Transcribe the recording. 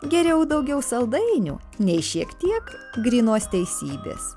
geriau daugiau saldainių nei šiek tiek grynos teisybės